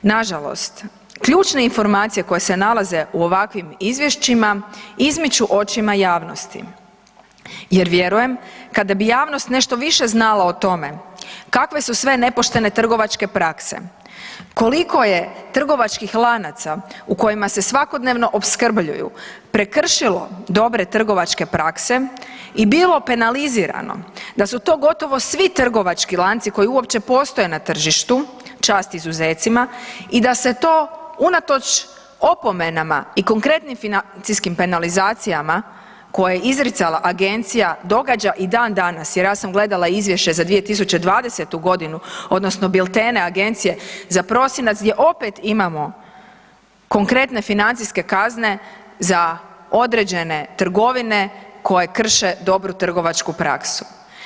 Nažalost, ključne informacije koje se nalaze u ovakvim izvješćima, izmiču očima javnosti jer vjerujem kada bi javnost nešto više znala o tome kakve su sve nepoštene trgovačke prakse, koliko je trgovačkih lanaca u kojima se svakodnevno opskrbljuju, prekršilo dobre trgovačke prakse i bilo penalizirano, da su to gotovo svi trgovački lanci koji uopće postoje na tržištu, čast izuzecima, i da se to unatoč opomenama i konkretnim financijskim penalizacijama koje je izricala agencija događa i dandanas, jer ja sam gledala izvješće za 2020. g. odnosno biltene agencije za prosinac gdje opet imamo konkretne financijske kazne za određene trgovine koje krše dobru trgovačku praksu.